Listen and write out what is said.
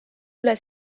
üle